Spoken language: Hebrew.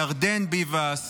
ירדן ביבס,